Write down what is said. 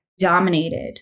dominated